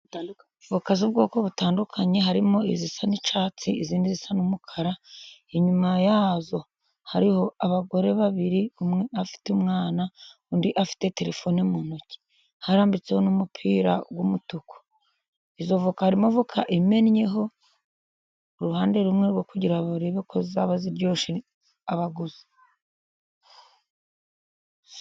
Voka z'ubwoko butandukanye harimo izisa n'icyatsi izindi zisa n'umukara, inyuma yazo hariho abagore babiri umwe afite umwana, undi afite telefone mu ntoki, harambitseho n'umupira w'umutuku. Izo voka harimo voka imenyeho uruhande rumwe rwo kugira barebe ko zaba ziryoshye abaguzi.